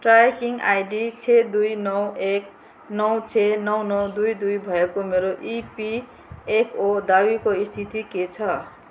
tracking ID छ दुई नौ एक नौ छे नौ नौ दुई दुई भएको मेरो इपिएफओ दाबीको स्थिति के छ